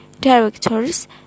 directors